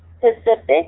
Pacific